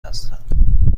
هستم